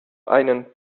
einen